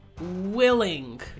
willing